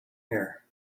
here